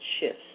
shifts